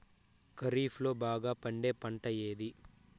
ఖరీఫ్ లో బాగా పండే పంట ఏది?